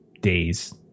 days